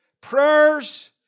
prayers